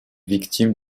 victime